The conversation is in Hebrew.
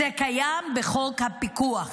זה קיים בחוק הפיקוח.